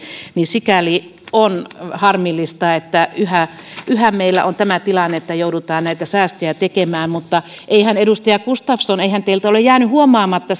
joten sikäli on harmillista että yhä yhä meillä on tämä tilanne että joudutaan näitä säästöjä tekemään mutta eihän edustaja gustafsson teiltä ole jäänyt huomaamatta